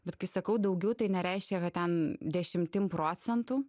bet kai sakau daugiau tai nereiškia kad ten dešimtim procentų